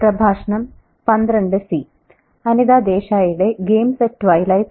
prof